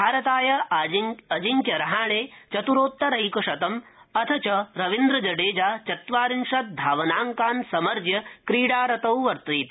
भारताय अजिङ्क्य रहाणे चत्रोत्तरक्रितम् अथ च रविन्द्र जडेजा चत्वार्रिशत् धावनाङ्कान् समर्ज्य क्रीडारतौ वर्तेते